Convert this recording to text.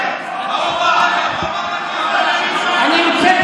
מה הוא אמר?